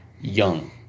young